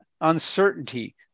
uncertainty